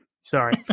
Sorry